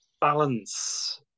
balance